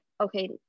Okay